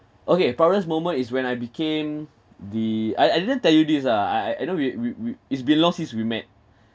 okay proudest moment is when I became the I I didn't tell you his ah I I I know we're we we it's been long since we met